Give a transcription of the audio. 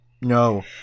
No